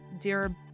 dear